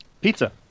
Pizza